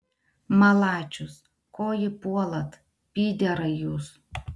malačius ko jį puolat pyderai jūs